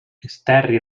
esterri